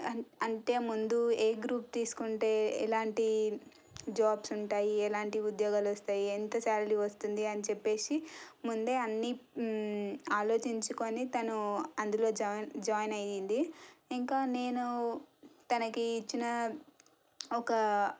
అంటే ముందు ఏ గ్రూప్ తీసుకుంటే ఎలాంటి జాబ్స్ ఉంటాయి ఎలాంటి ఉద్యోగాలు వస్తాయి ఎంత సాలరీ వస్తుంది అని చెప్పేసి ముందే అన్ని ఆలోచించుకొని తను అందులో జాయిన్ అయ్యింది ఇంకా నేను తనకి ఇచ్చిన ఒక